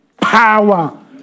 power